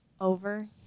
over